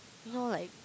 you know like